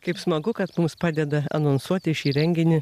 kaip smagu kad mums padeda anonsuoti šį renginį